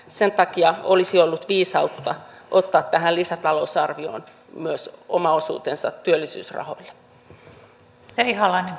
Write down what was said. sen takia olisi ollut viisautta ottaa tähän lisätalousarvioon myös oma osuutensa työllisyysrahoille